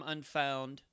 Unfound